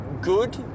good